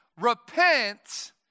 Repent